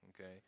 okay